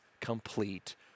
complete